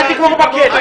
אתה תגמור בכלא.